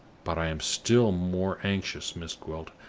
but i am still more anxious, miss gwilt,